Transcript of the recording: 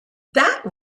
that